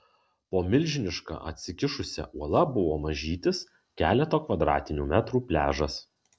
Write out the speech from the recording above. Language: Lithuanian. po milžiniška atsikišusia uola buvo mažytis keleto kvadratinių metrų pliažas